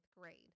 grade